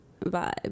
vibe